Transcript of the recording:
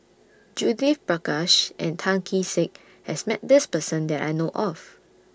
Judith Prakash and Tan Kee Sek has Met This Person that I know of